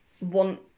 want